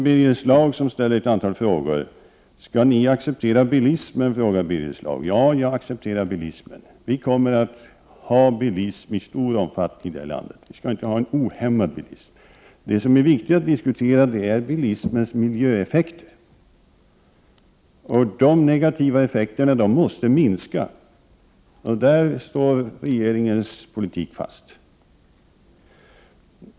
Birger Schlaug ställde ett antal frågor: Skall ni acceptera bilismen? frågar Birger Schlaug. Ja, jag accepterar bilismen. Vi kommer att ha bilism i stor omfattning i vårt land. Vi skall inte ha en ohämmad bilism. Det som är viktigt att diskutera är bilismens miljöeffekter. De negativa effekterna måste minska. Där står regeringens politik fast.